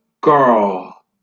girl